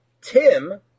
Tim